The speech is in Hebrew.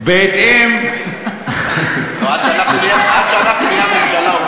לא, עד שאנחנו נהיה הממשלה.